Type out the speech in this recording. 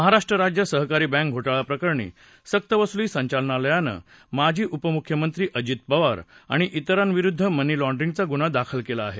महाराष्ट्र राज्य सहकारी बँक घोटाळाप्रकरणी सक्तवसुली महासंचालनालयानं माजी उपमुख्यमंत्री अजित पवार आणि विरांविरुद्ध मनी लाँड्रींगचा गुन्हा दाखल केला आहे